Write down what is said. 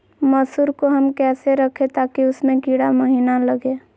मसूर को हम कैसे रखे ताकि उसमे कीड़ा महिना लगे?